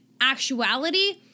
actuality